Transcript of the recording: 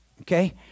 Okay